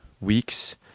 weeks